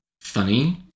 funny